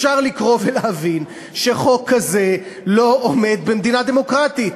אפשר לקרוא ולהבין שחוק כזה לא עומד במדינה דמוקרטית.